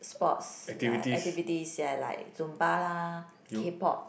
sports like activities ya like Zumba lah K-Pop